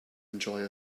enjoy